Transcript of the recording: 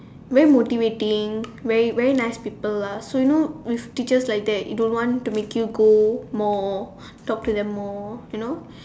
very motivating very very nice people lah so you know with teachers like that want to make you go more talk to them more you know